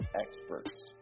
experts